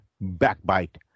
backbite